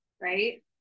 right